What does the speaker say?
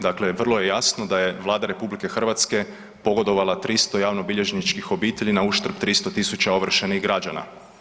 Dakle, vrlo je jasno da je Vlada RH pogodovala 300 javnobilježničkih obitelji nauštrb 300 tisuća ovršenih građana.